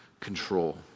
control